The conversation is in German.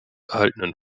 erhaltenen